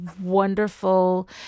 wonderful